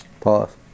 Pause